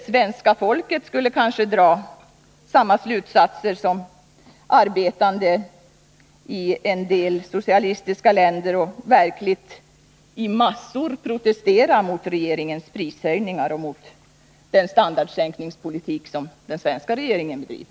Svenska folket borde kanske dra samma slutsatser som de arbetande i en del socialistiska länder och i massor protestera mot regeringens prishöjningar och den standardsänkningspolitik som den svenska regeringen bedriver.